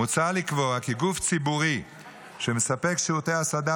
מוצע לקבוע כי גוף ציבורי שמספק שירותי הסעדה